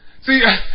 See